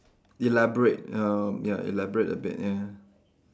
elaborate uh ya elaborate a bit ya